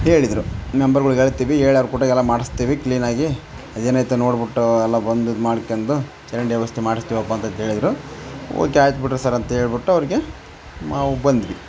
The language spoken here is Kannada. ಹೇಳಿದ್ರು ಮೆಂಬರ್ಗಳಿಗ್ ಹೇಳ್ತೀವಿ ಹೇಳವ್ರ್ ಜೊತೆಗ ಎಲ್ಲ ಮಾಡಿಸ್ತೀವಿ ಕ್ಲೀನಾಗಿ ಅದು ಏನು ಆಯಿತು ನೋಡಿ ಬಿಟ್ಟೂ ಎಲ್ಲ ಬಂದು ಇದು ಮಾಡ್ಕೊಂಡ್ ಚರಂಡಿ ವ್ಯವಸ್ಥೆ ಮಾಡಿಸ್ತೀವಪ್ಪ ಅಂತಂದು ಹೇಳಿದ್ರು ಓಕೆ ಆಯ್ತು ಬಿಡ್ರಿ ಸರ್ ಅಂತೇಳ್ಬಿಟ್ಟು ಅವ್ರಿಗೆ ನಾವು ಬಂದ್ವಿ